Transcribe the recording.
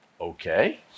Okay